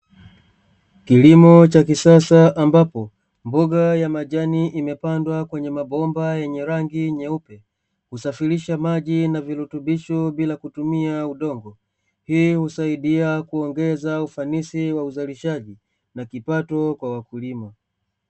Kilimo cha kisasa ambapo mboga ya majani imepandwa kwenye mabomba yenye rangi nyeupe, hisafiridha maji na virutubisha bila kutumia udongo hii husaidia kuongeza ufanisi wa uzalishaji na kipato kwa wakulima.